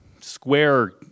square